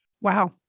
Wow